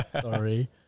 Sorry